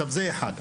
זה דבר אחד.